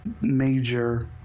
major